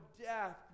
death